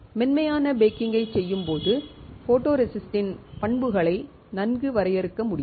மென்மையான பேக்கிங்கைச் செய்யும்போது ஃபோட்டோரெசிஸ்ட்டின் பண்புகளை நன்கு வரையறுக்க முடியும்